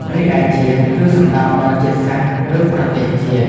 រីឯ «ជាតិ» គឺសំដៅដល់ជាតិសាសន៍ ឬប្រទេសជាតិ។